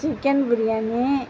chicken biryani